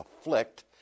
afflict